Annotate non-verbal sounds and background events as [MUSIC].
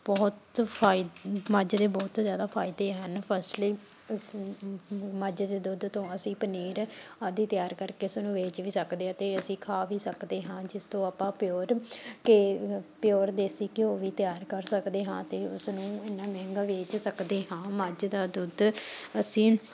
ਬਹੁਤ ਫਾਇਦ ਮੱਝ ਦੇ ਬਹੁਤ ਜ਼ਿਆਦਾ ਫਾਇਦੇ ਹਨ ਫਸਟਲੀ [UNINTELLIGIBLE] ਮੱਝ ਦੇ ਦੁੱਧ ਤੋਂ ਅਸੀਂ ਪਨੀਰ ਆਦਿ ਤਿਆਰ ਕਰਕੇ ਉਸਨੂੰ ਵੇਚ ਵੀ ਸਕਦੇ ਹਾਂ ਅਤੇ ਅਸੀਂ ਖਾ ਵੀ ਸਕਦੇ ਹਾਂ ਜਿਸ ਤੋਂ ਆਪਾਂ ਪਿਓਰ ਘੇ ਪਿਓਰ ਦੇਸੀ ਘਿਓ ਵੀ ਤਿਆਰ ਕਰ ਸਕਦੇ ਹਾਂ ਅਤੇ ਉਸਨੂੰ ਇਨ੍ਹਾਂ ਮਹਿੰਗਾ ਵੇਚ ਸਕਦੇ ਹਾਂ ਮੱਝ ਦਾ ਦੁੱਧ ਅਸੀਂ